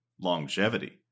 longevity